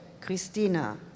Christina